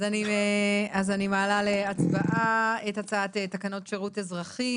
אז אני מעלה להצבעה את הצעת תקנות שירות אזרחי